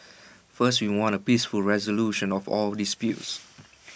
first we want A peaceful resolution of all disputes